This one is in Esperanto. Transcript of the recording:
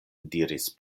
diris